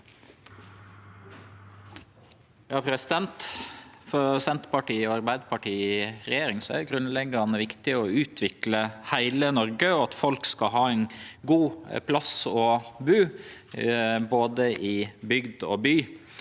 For Senter- partiet og Arbeidarpartiet i regjering er det grunnleggjande viktig å utvikle heile Noreg og at folk skal ha ein god plass å bu, både i bygd og i by.